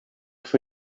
for